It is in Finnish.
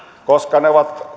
koska ne ovat